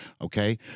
Okay